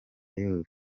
yose